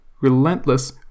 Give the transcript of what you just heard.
relentless